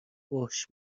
فحش